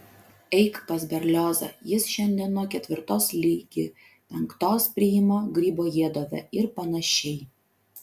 eik pas berliozą jis šiandien nuo ketvirtos ligi penktos priima gribojedove ir panašiai